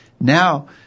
now